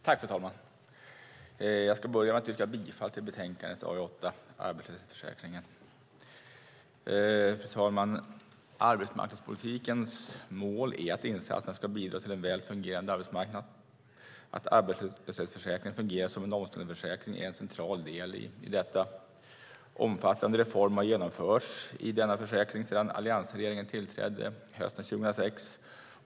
Fru talman! Jag börjar med att yrka bifall till utskottets förslag i betänkande AU8 Arbetslöshetsförsäkringen . Fru talman! Arbetsmarknadspolitikens mål är att insatserna ska bidra till en väl fungerande arbetsmarknad. Att arbetslöshetsförsäkringen fungerar som en omställningsförsäkring är en central del i detta. Omfattande reformer har genomförts av denna försäkring sedan alliansregeringen tillträdde hösten 2006.